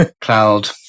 cloud